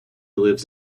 lives